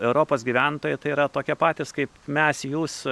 europos gyventojai tai yra tokie patys kaip mes jūs